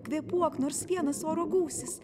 kvėpuok nors vienas oro gūsis